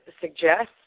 suggest